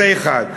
זה, אחד.